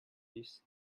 this